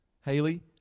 Haley